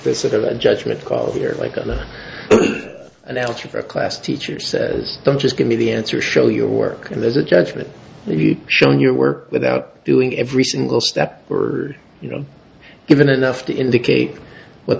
that a judgment call here like a an algebra class teacher says don't just give me the answer show your work there's a judgment he showing your work without doing every single step or you know given enough to indicate what